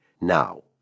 now